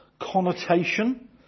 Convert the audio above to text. connotation